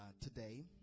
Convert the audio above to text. today